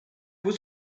was